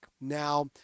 Now